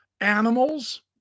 animals